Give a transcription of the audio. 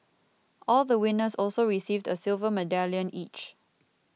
all the winners also received a silver medallion each